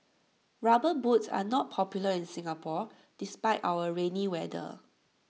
rubber boots are not popular in Singapore despite our rainy weather